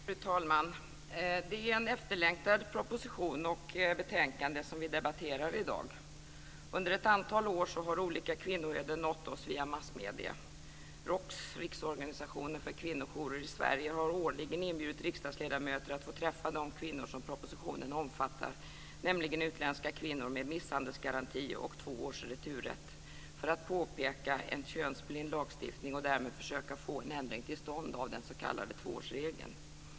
Fru talman! Det är en efterlängtad proposition som behandlas i det betänkande som vi debatterar i dag. Under ett antal år har olika kvinnoöden nått oss via massmedierna. ROKS, Riksorganisationen för kvinnojourer i Sverige, har årligen inbjudit riksdagsledamöter till att få träffa de kvinnor som propositionen avser, nämligen utländska kvinnor med misshandelsgaranti och två års returrätt, för att påtala en könsblind lagstiftning och för att försöka få till stånd en ändring av den s.k. tvåårsregeln.